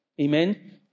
Amen